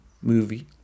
movie